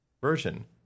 version